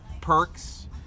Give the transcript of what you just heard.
perks